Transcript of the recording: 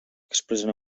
expressen